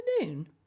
afternoon